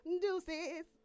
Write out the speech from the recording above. Deuces